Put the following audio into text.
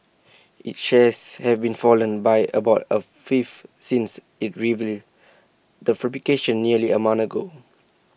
its shares have been fallen by about A fifth since IT revealed the fabrication nearly A month ago